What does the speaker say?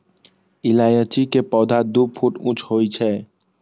इलायची के पौधा दू फुट ऊंच होइ छै